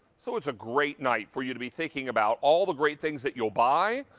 so it's a great night for you to be thinking about all the great things that you will buy,